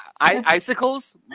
icicles